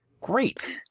Great